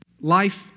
life